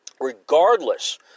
regardless